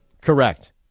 Correct